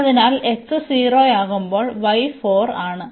അതിനാൽ x 0 ആകുമ്പോൾ y 4 ആണ്